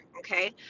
Okay